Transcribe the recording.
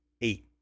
eight